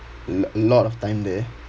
lo~ a lot of time there